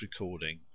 recording